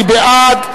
מי בעד?